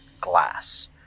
glass